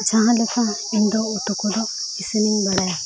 ᱡᱟᱦᱟᱸ ᱞᱮᱠᱟ ᱤᱧᱫᱚ ᱩᱛᱩ ᱠᱚᱫᱚ ᱤᱥᱤᱱᱤᱱ ᱵᱟᱲᱟᱭᱟ